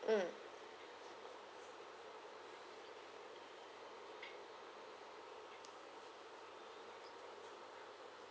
mm